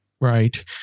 Right